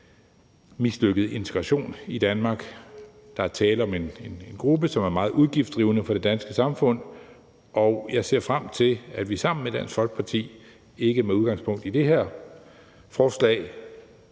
mislykket integration i Danmark. Der er tale om en gruppe, som er meget udgiftsdrivende for det danske samfund, og jeg ser frem til, at vi sammen med Dansk Folkeparti – ikke med udgangspunkt i det her forslag